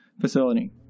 facility